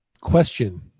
Question